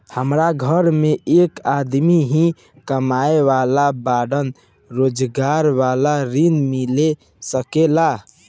हमरा घर में एक आदमी ही कमाए वाला बाड़न रोजगार वाला ऋण मिल सके ला?